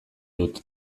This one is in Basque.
dut